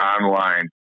online